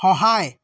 সহায়